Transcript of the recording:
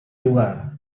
lugar